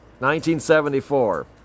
1974